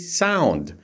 sound